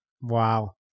wow